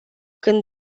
când